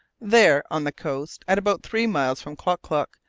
there, on the coast, at about three miles from klock-klock,